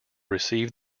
receive